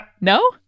no